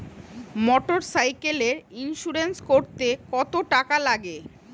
মোটরসাইকেলের ইন্সুরেন্স করতে কত টাকা লাগে?